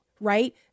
right